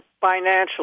financially